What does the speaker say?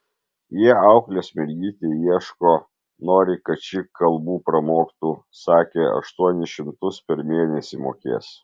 jie auklės mergytei ieško nori kad ši kalbų pramoktų sakė aštuonis šimtus per mėnesį mokės